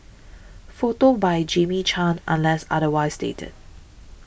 photos by Jamie Chan unless otherwise stated